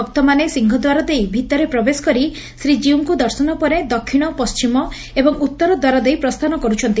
ଭକ୍ତମାନେ ସିଂହଦ୍ୱାର ଦେଇ ଭିତରେ ପ୍ରବେଶ କରି ଶ୍ରୀଟୀଉଙ୍କୁ ଦର୍ଶନ ପରେ ଦକ୍ଷିଣ ପଣ୍କିମ ଏବଂ ଉତ୍ତରଦ୍ୱାର ଦେଇ ପ୍ରସ୍ଥାନ କରୁଛନ୍ତି